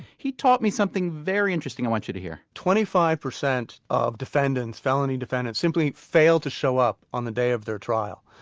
he taught me something very interesting i want you to hear twenty-five percent of defendants felony defendants simply fail to show up on the day of their trial.